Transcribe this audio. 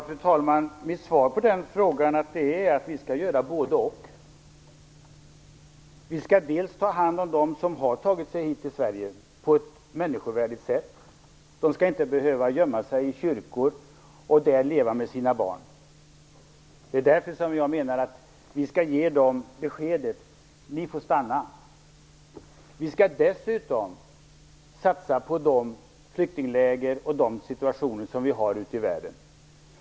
Fru talman! Mitt svar på frågan är att vi skall göra både-och. Vi skall ta hand om dem som har tagit sig hit och göra det på ett människovärdigt sätt. De skall inte behöva gömma sig i kyrkor och där leva med sina barn. Det är därför som jag menar att vi skall ge dem beskedet att de skall få stanna. Vi skall dessutom satsa på de flyktingläger som finns ute i världen.